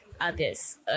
others